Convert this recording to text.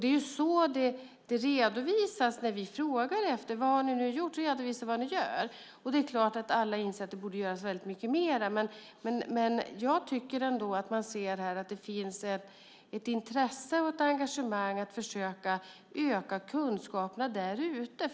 Det är på detta sätt det redovisas när vi frågar vad man har gjort. Det är klart att alla inser att det borde göras mycket mer, men jag tycker ändå att man ser att det finns ett intresse och ett engagemang för att försöka öka kunskaperna där ute.